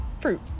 fruit